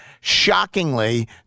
shockingly